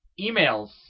emails